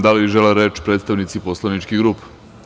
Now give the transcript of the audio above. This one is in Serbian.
Da li žele reč predstavnici poslaničkih grupa?